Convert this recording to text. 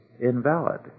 invalid